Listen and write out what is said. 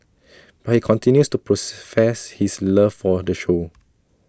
but he continues to pros fess his love for the show